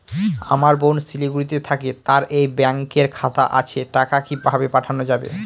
আমার বোন শিলিগুড়িতে থাকে তার এই ব্যঙকের খাতা আছে টাকা কি ভাবে পাঠানো যাবে?